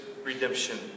Redemption